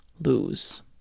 lose